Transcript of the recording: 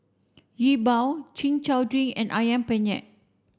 Yi Bua chin chow drink and Ayam Penyet